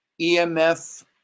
EMF